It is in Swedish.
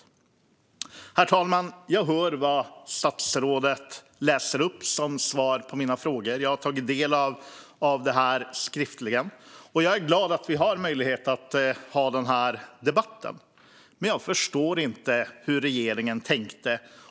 Herr talman! Jag hör vad statsrådet svarar på mina frågor, och jag är glad att vi har möjlighet att ha den här debatten, men jag förstår inte hur regeringen tänkte.